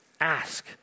ask